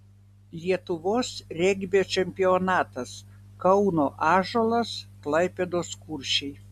lietuvos regbio čempionatas kauno ąžuolas klaipėdos kuršiai